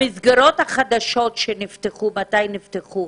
המסגרות החדשות שנפתחו מתי נפתחו,